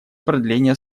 преодоления